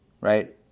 right